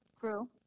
True